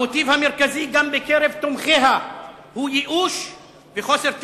המוטיב גם בקרב תומכיה הוא ייאוש וחוסר תקווה.